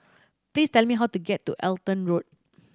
please tell me how to get to Halton Road